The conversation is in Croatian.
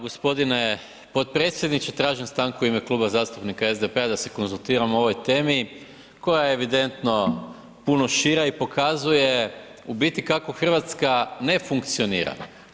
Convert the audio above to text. Gospodine potpredsjedničke tražim stanku u ime Kluba zastupnika SDP-a da se konzultiramo o ovoj temi koje je evidentno puno šira i pokazuje u biti kako Hrvatska ne funkcionira.